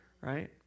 Right